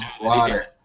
water